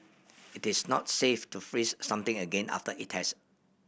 it is not safe to freeze something again after it has